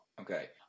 Okay